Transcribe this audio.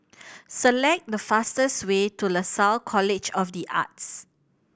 select the fastest way to Lasalle College of The Arts